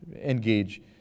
engage